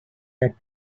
that